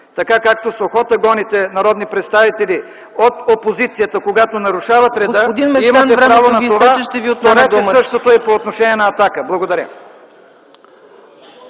така както с охота гоните народни представители от опозицията, когато нарушават реда, имате правото на това, правете го същото и по отношение на „Атака”. Благодаря.